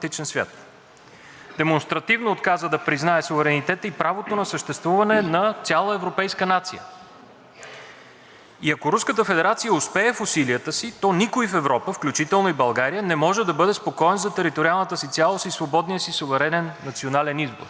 И ако Руската федерация успее в усилията си, то никой в Европа, включително и България, не може да бъде спокоен за териториалната си цялост и свободния си суверенен национален избор. Затова ние сме длъжни да подкрепим предложеното днес решение.